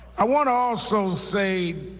i want to also say,